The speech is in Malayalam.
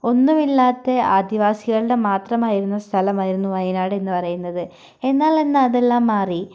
ഒന്നുമില്ലാത്ത ആദിവാസികളുടെ മാത്രമായിരുന്ന സ്ഥലം ആയിരുന്നു വയനാട് എന്നു പറയുന്നത് എന്നാൽ ഇന്ന് അതെല്ലാം മാറി